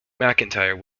mcintyre